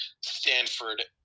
stanford